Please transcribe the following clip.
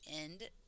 end